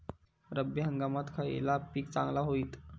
रब्बी हंगामाक खयला पीक चांगला होईत?